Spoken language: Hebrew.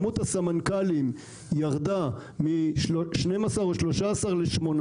מספר הסמנכ"לים ירד מ-12 או 13 ל-8